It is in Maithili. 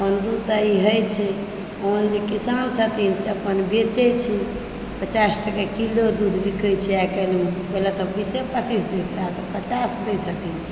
अपन दूध दही होइत छै ओहन जे किसान छथिन से अपन बेचै छै पचास टके किलो दूध बिकै छै आइकाल्हिमे पहिले तऽ बीसे पचीस दैत रहा आब तऽ पचास दै छथिन